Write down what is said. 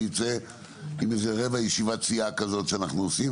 זה יצא עם איזו רבע ישיבה סיעה כזאת שאנחנו עושים,